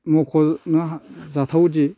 मख'नो जाथावदि